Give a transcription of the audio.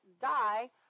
die